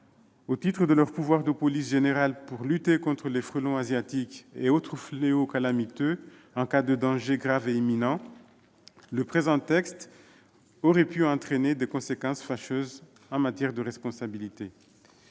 au titre de leur pouvoir de police générale pour lutter contre les frelons asiatiques et autres « fléaux calamiteux » en cas de danger grave et imminent, le présent texte aurait pu entraîner des conséquences fâcheuses en matière de responsabilité.